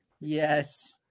yes